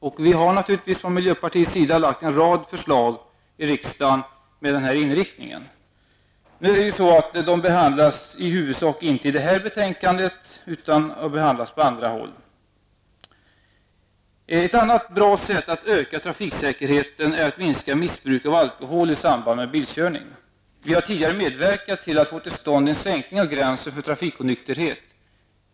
Miljöpartiet har naturligtvis lagt fram en rad förslag i riksdagen med denna inriktning. De behandlas i huvudsak inte i detta betänkande, utan på andra håll. Ett annat bra sätt att öka trafiksäkerheten är att minska missbruk av alkohol i samband med bilkörning. Miljöpartiet har tidigare medverkat till att få till stånd en sänkning av gränsen för trafikonykterhet.